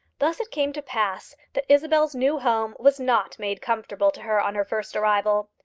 thus it came to pass that isabel's new home was not made comfortable to her on her first arrival.